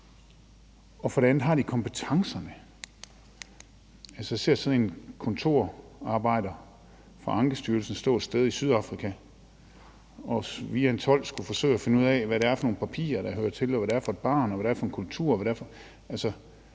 Og for det andet: Har de kompetencerne? Jeg ser sådan en kontorarbejder fra Ankestyrelsen for mig stå et sted i Sydafrika og via en tolk skulle forsøge at finde ud af, hvad det er for nogle papirer, der hører til, og hvad det er for et barn, og hvad det er for en kultur.